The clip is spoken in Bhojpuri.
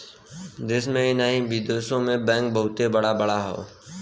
देश में ही नाही बिदेशो मे बैंक बहुते बड़ा बड़ा हौ